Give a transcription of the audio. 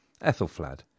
Ethelflad